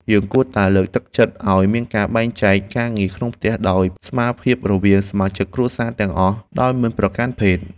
យើងគួរតែលើកទឹកចិត្តឱ្យមានការបែងចែកការងារក្នុងផ្ទះដោយស្មើភាពរវាងសមាជិកគ្រួសារទាំងអស់ដោយមិនប្រកាន់ភេទ។